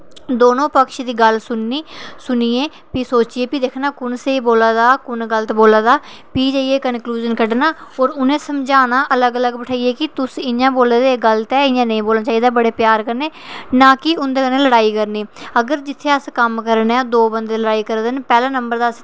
दोने पक्ख दी गल्ल सुननी ते सुनियै सोचनी ते भी दिक्खना कु'न बोला दा ऐ कु'न गलत बोला दा भी जाइयै कनक्लूजन कड्ढना होर उ'नेंगी समझाना अलग अलग बैठाहियै की तुस इ'यां बोला दे एह् गलत ऐ इ'यां नेईं बोलना चाहिदा बड़े प्यार कन्नै ना की उं'दे कन्नै लड़ाई करनी अगर जित्थै अस कम्म करा ने आं दो बंदे लड़ाई करा दे न पैह्ला नंबर ते अस